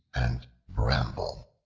and bramble